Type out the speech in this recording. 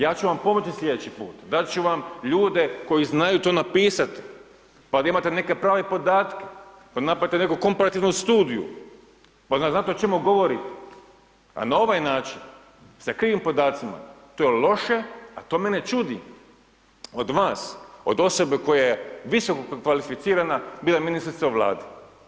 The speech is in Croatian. Ja ću vam pomoći slijedeći put, dat ću vam ljude koji znaju to napisati pa da imate neke prave podatke, da napravite neku komparativnu studiju pa da znate o čemu govorite a na ovaj način sa krivim podacima, to je loše a to mene čudi, od vas, od osobe koje je visokokvalificirana bila ministrica u Vladi.